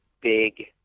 big